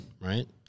Right